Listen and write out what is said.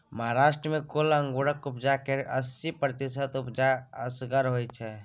महाराष्ट्र मे कुल अंगुरक उपजा केर अस्सी प्रतिशत उपजा असगरे होइ छै